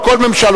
על כל ממשלותיו,